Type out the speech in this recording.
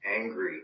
angry